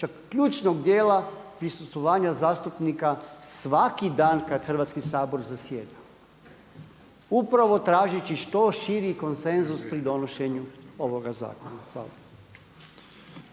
čak ključnog dijela prisustvovanja zastupnika svaki dan kada Hrvatski sabor zasjeda upravo tražeći što širi konsenzus pri donošenju ovoga zakona. Hvala.